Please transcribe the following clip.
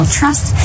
trust